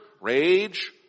rage